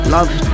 Love